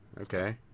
Okay